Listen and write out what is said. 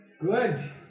Good